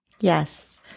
Yes